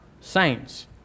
saints